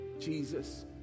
Jesus